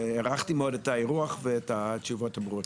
הערכתי מאוד את האירוח ואת התשובות הברורות.